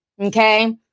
Okay